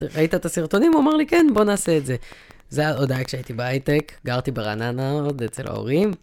ראית את הסרטונים, הוא אומר לי, כן, בוא נעשה את זה. זה ההודעה כשהייתי בהייטק, גרתי ברעננה עוד אצל ההורים.